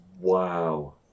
Wow